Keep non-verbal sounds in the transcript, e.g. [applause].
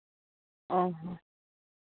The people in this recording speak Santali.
[unintelligible]